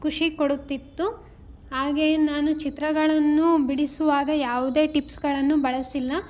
ಖುಷಿ ಕೊಡುತ್ತಿತ್ತು ಹಾಗೆಯೇ ನಾನು ಚಿತ್ರಗಳನ್ನು ಬಿಡಿಸುವಾಗ ಯಾವುದೇ ಟಿಪ್ಸ್ಗಳನ್ನು ಬಳಸಿಲ್ಲ